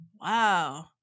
Wow